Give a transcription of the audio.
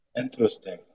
Interesting